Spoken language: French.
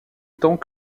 temps